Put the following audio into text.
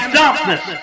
darkness